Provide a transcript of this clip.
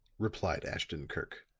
replied ashton-kirk.